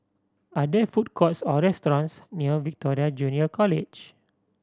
are there food courts or restaurants near Victoria Junior College